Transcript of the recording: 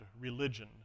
religion